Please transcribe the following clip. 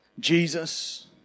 Jesus